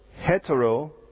hetero